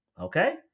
okay